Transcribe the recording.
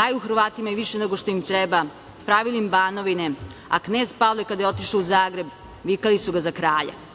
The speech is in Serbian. daju Hrvatima i više nego što im treba, pravili im banovine, a knez Pavle kada je otišao u Zagreb, vikali su ga za kralja. Onda